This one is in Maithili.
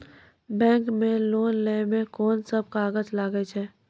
बैंक मे लोन लै मे कोन सब कागज लागै छै?